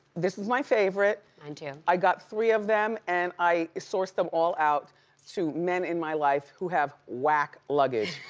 this is my favorite. mine and too. i got three of them and i source them all out to men in my life who have whack luggage.